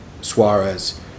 Suarez